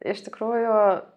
iš tikrųjų